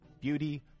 beauty